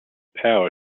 power